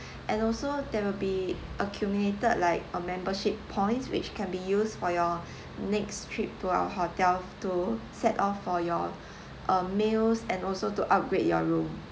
and also there will be accumulated like a membership points which can be used for your next trip to our hotel to set off for your um meals and also to upgrade your room